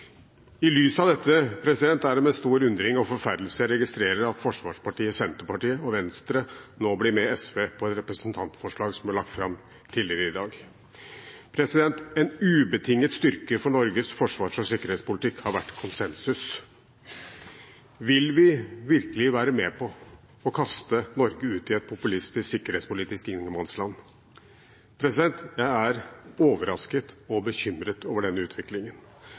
I lys av dette er det med stor undring og forferdelse jeg registrerer at forsvarspartiet Senterpartiet og Venstre nå blir med SV på et representantforslag som ble lagt fram tidligere i dag. En ubetinget styrke for Norges forsvars- og sikkerhetspolitikk har vært konsensus. Vil vi virkelig være med på å kaste Norge ut i et populistisk sikkerhetspolitisk ingenmannsland? Jeg er overrasket og bekymret over denne utviklingen.